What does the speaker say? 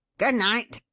good night,